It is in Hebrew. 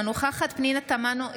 אינה נוכחת פנינה תמנו,